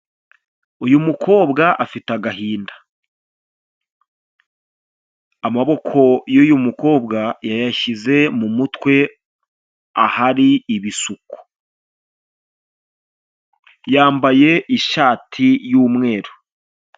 Uyu mukobwa afite agahinda, amaboko y'uyu mukobwa yayashyize mu mutwe ahari ibisuko, yambaye ishati y'umweru.